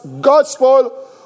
gospel